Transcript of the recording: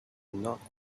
not